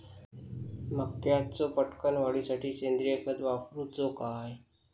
मक्याचो पटकन वाढीसाठी सेंद्रिय खत वापरूचो काय?